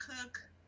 cook